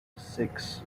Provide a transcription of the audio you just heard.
six